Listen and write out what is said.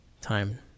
time